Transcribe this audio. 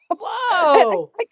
Whoa